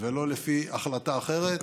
ולא לפי החלטה אחרת.